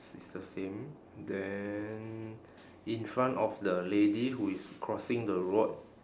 s~ it's the same then in front of the lady who is crossing the road